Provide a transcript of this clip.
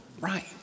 right